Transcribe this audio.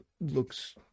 looks